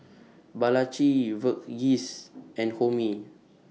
Balaji Verghese and Homi